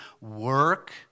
work